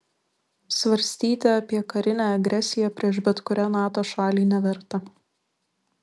svarstyti apie karinę agresiją prieš bet kurią nato šalį neverta